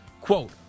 Quote